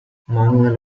manuel